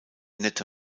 nette